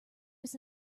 was